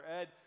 Ed